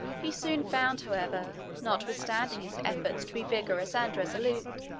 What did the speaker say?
he soon found, however, notwithstanding his efforts to be vigorous and resolute,